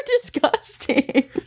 disgusting